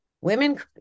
women